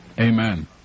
Amen